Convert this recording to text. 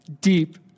Deep